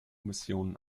missionen